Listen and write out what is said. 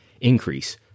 increase